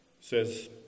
says